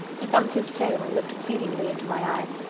he thumped his tail and looked pleadingly into my eyes.